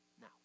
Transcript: Now